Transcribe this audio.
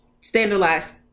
standardized